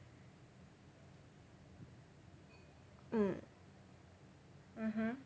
mm mmhmm